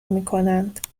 میکنند